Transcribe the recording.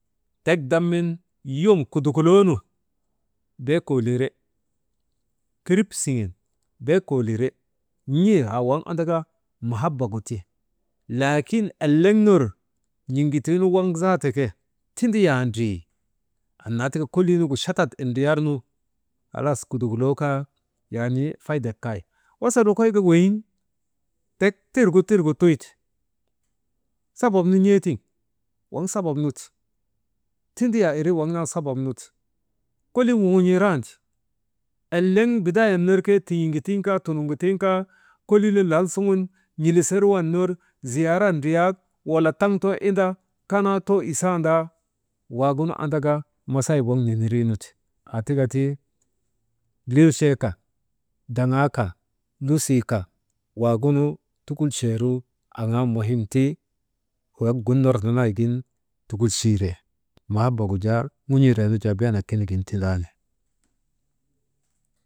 Tek damin yom kudukuloonun bee koolire kirip siŋen bee koolire n̰ee haa waŋ andaka mahabagu ti lakin eleŋ ner n̰iŋgutuunu waŋ zaata ke tindiyaa ndrii annaa taka kulu muŋgu chatat indriyarnu halas kudukuloo kaa yaanii faydek kay wasa lokoyka weyiŋ tek tirgu tuyte sabab nu n̰ee tiŋ waŋ sabab nu ti tindiiyaa irii waŋ naa sabab nu ti kolii wuŋun̰ii randi eleŋ bidaayin ner ke tin̰iŋgutuu kaa tunuŋgutuu kaa koliinu lal suŋun n̰ilisir waŋ ner ziyaarak ndriya wala taŋ too inda kanaa too isandaa waagunu andaka masaayib waŋ nenerinuti aatika ti lirchee kan, daŋaa muhimti, wak gun ner nanaygin tukulchiire mahabagu jaa ŋun̰iiree nujaa beenet konigin tindaani.